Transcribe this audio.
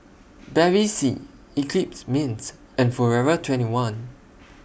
Bevy C Eclipse Mints and Forever twenty one